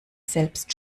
selbst